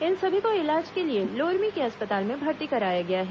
इन सभी को इलाज के लिए लोरमी के अस्पताल में भर्ती कराया गया है